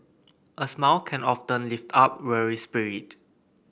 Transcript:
a smile can often lift up weary spirit